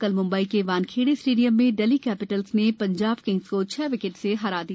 कल मुंबई के वानखेड़े स्टेडियम में दिल्ली कैपिटल्स ने पंजाब किंग्स को छह विकेट से हरा दिया